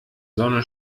sonne